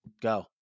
go